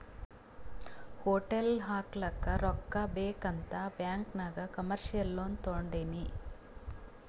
hotel ಹಾಕ್ಲಕ್ ರೊಕ್ಕಾ ಬೇಕ್ ಅಂತ್ ಬ್ಯಾಂಕ್ ನಾಗ್ ಕಮರ್ಶಿಯಲ್ ಲೋನ್ ತೊಂಡಿನಿ